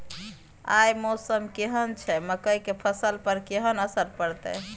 आय मौसम केहन छै मकई के फसल पर केहन असर परतै?